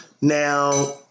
Now